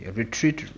retreat